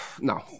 no